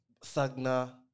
Sagna